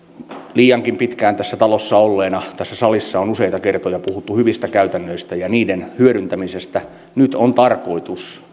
liiankin pitkään tässä talossa olleena sanon että tässä salissa on useita kertoja puhuttu hyvistä käytännöistä ja niiden hyödyntämisestä ja nyt on tarkoitus